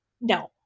No